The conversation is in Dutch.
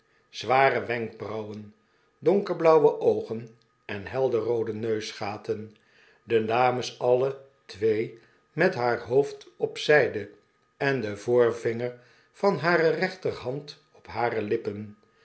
zware wenkbrauwen donkerblauwe oogen en helderroode neusgaten de dames alle twee met haar hoofd op zyde en den voorvinger van hare rechterhand op hare lippen